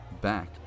back